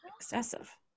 excessive